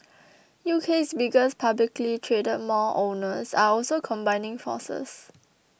UK's biggest publicly traded mall owners are also combining forces